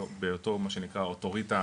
בהיותו אוטוריטה